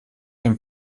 den